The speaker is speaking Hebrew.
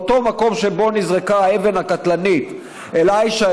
באותו מקום שבו נזרקה האבן הקטלנית אל עאישה